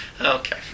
Okay